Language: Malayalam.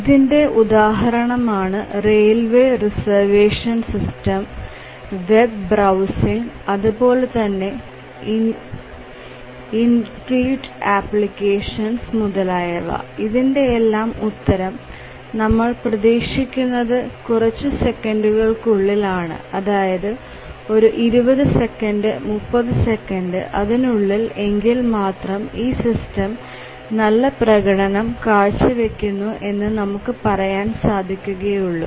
ഇതിന്റെ ഉദാഹരണമാണ് railway reservation system web browsing അതുപോലെതന്നെ ഇൻറ്ററാക്റ്റിവ് ആപ്ലിക്കേഷൻസ് മുതലായവ ഇതിനെല്ലാം ഉത്തരം നമ്മൾ പ്രതീക്ഷിക്കുന്നത് കുറച്ച് സെക്കൻഡുകൾക്കുള്ളിൽ ആണ് അതായത് ഒരു 20 സെക്കൻഡ് 30 സെക്കൻഡ് അതിനുള്ളിൽ എങ്കിൽ മാത്രമാണ് ഈ സിസ്റ്റം നല്ല പ്രകടനം കാഴ്ചവയ്ക്കുന്നു എന്ന് നമുക്ക് പറയാൻ സാധിക്കുകയുള്ളൂ